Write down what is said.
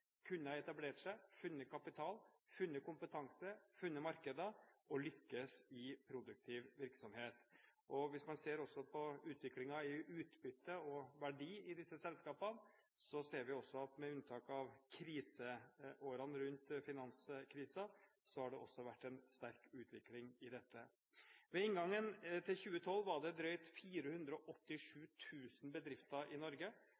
seg, funnet kapital, kompetanse og markeder og lyktes i produktiv virksomhet. Hvis man ser på utviklingen i utbytte og verdi i disse selskapene, ser man at med unntak av kriseårene rundt finanskrisen, har det også vært en sterk utvikling i dette. Ved inngangen til 2012 var det drøyt 487 000 bedrifter i Norge.